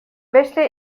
beste